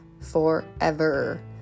forever